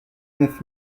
neuf